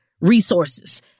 resources